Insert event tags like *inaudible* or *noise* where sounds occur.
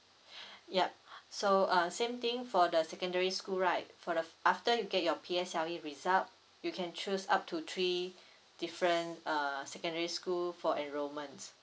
*breath* yup *breath* so uh same thing for the secondary school right for the f~ after you get your P_S_L_E result you can choose up to three different uh secondary school for enrolments